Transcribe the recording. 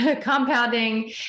compounding